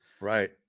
Right